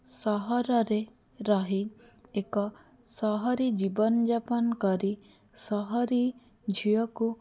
ସହରରେ ରହି ଏକ ସହରୀ ଜୀବନଯାପନ କରି ସହରୀ ଝିଅକୁ